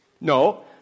No